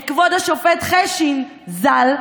את כבוד השופט חשין ז"ל,